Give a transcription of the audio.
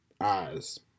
eyes